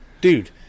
dude